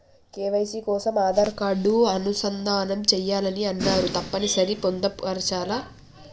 KYC కోసం Aadhaar card అనుసంధానం చేయాలని అన్నరు తప్పని సరి పొందుపరచాలా?